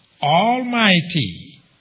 Almighty